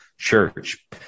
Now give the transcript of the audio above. Church